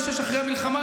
בשש אחרי המלחמה,